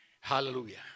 Hallelujah